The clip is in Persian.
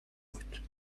بود